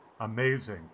Amazing